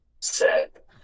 set